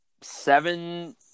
seven